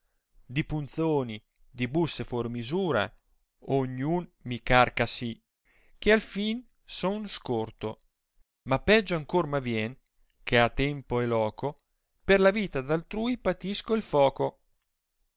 di punzoni di busse fuorraisura ogni un mi carca si che al fin son scorto ma peggio ancor m avien eh a tempo e loco per la vita d altrui patisco il foco